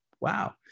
wow